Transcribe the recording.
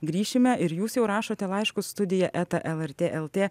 grįšime ir jūs jau rašote laiškus studija eta lrt el tė